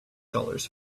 dollars